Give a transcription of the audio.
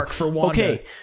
okay